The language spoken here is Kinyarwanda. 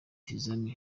tizama